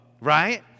Right